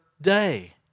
day